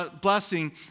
blessing